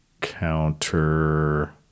counter